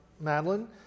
Madeline